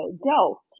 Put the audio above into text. go